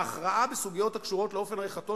להכרעה בסוגיות הקשורות לאופן עריכתו